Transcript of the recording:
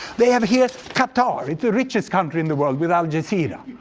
they have here qatar. it's the richest country in the world with al jazeera.